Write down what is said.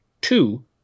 two